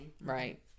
Right